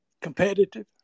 Competitive